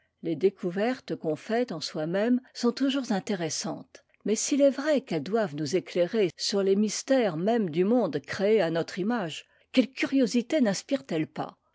les découvertes qu'on fait en soi-même sont toujours intéressantes mais s'il est vrai qu'elles doivent nous éclairer sur les mystères mêmes du monde créé à notre image quelle curiosité ninspirent elles pas